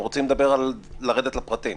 אנחנו רוצים לרדת לפרטים